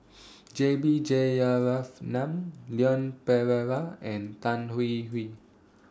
J B Jeyaretnam Leon Perera and Tan Hwee Hwee